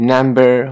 Number